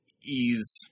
ease